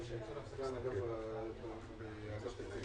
גם תבדוק את הנושא של ההלוואה של הקורונה